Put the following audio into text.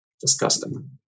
disgusting